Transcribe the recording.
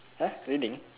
!huh! raining